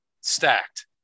Stacked